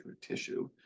tissue